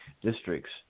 districts